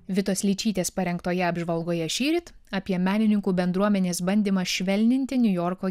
vitos litčytės parengtoje apžvalgoje šįryt apie menininkų bendruomenės bandymą švelninti niujorko